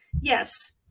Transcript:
yes